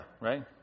right